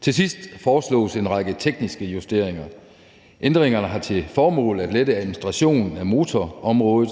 Til sidst foreslås en række tekniske justeringer. Ændringerne har til formål at lette administrationen af motorområdet.